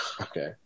okay